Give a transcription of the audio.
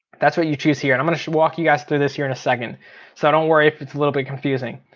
that's what you choose here. i'm gonna walk you guys through this here in a second so don't worry if it's a little bit confusing.